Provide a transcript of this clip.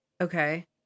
Okay